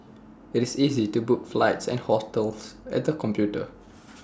IT is easy to book flights and hotels at the computer